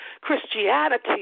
Christianity